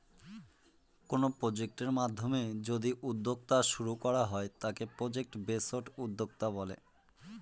কোনো প্রজেক্টের মাধ্যমে যদি উদ্যোক্তা শুরু করা হয় তাকে প্রজেক্ট বেসড উদ্যোক্তা বলে